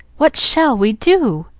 what shall we do?